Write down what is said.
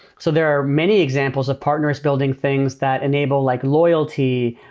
so there are many examples of partners building things that enable like loyalty,